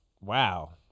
Wow